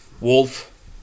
Wolf